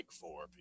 four